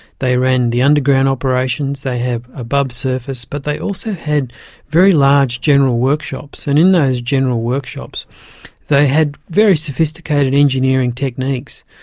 they ran the underground operations, they have above-surface, but they also had very large general workshops. and in those general workshops they had very sophisticated engineering techniques,